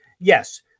yes